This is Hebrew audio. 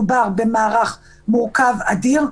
מדובר במערך מורכב ואדיר,